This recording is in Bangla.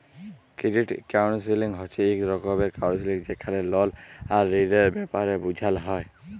ক্রেডিট কাউল্সেলিং হছে ইক রকমের কাউল্সেলিং যেখালে লল আর ঋলের ব্যাপারে বুঝাল হ্যয়